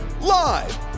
Live